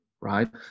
right